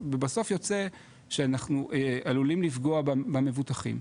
ובסוף יוצא שאנחנו עלולים לפגוע במבוטחים.